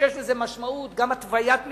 כשיש לזה משמעות, גם התוויית מדיניות,